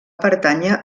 pertànyer